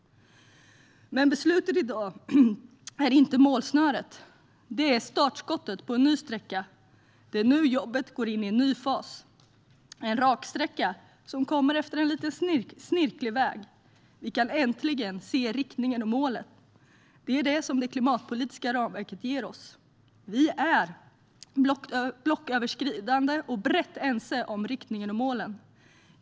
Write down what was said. Men beslutet i dag är inte målsnöret. Det är startskottet på en ny sträcka. Det är nu jobbet går in i en ny fas: en raksträcka som kommer efter en lite snirklig väg. Vi kan äntligen se riktningen och målen. Det är det som det klimatpolitiska ramverket ger oss. Vi är blocköverskridande och brett ense om riktningen och målen.